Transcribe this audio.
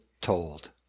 told